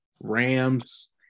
Rams